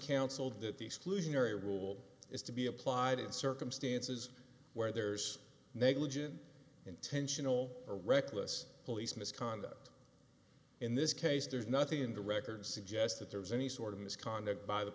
counseled that the exclusionary rule is to be applied in circumstances where there's negligence intentional or reckless police misconduct in this case there's nothing in the record suggests that there was any sort of misconduct by the